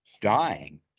dying